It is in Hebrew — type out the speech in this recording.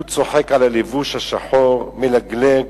הוא צוחק על הלבוש השחור, מלגלג,